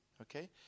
Okay